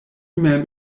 mem